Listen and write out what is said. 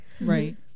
Right